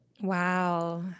Wow